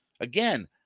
Again